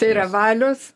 tai yra valios